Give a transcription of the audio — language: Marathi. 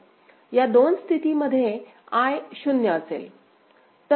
या दोन स्थितीमध्ये I 0 असेल